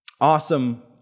awesome